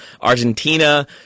Argentina